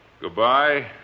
Goodbye